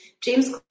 James